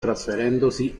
trasferendosi